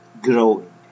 growing